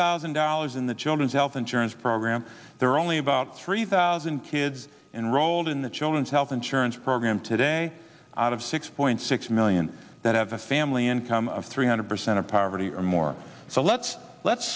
thousand dollars in the children's health insurance program there are only about three thousand kids enrolled in the children's health insurance program today out of six point six million that have a family income of three hundred percent of poverty or more so let's let's